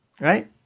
right